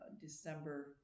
December